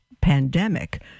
pandemic